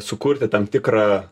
sukurti tam tikrą